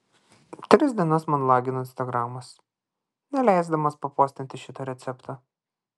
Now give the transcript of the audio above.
tris dienas man lagino instagramas neleisdamas papostinti šito recepto